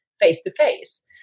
face-to-face